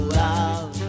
love